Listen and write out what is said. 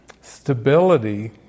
stability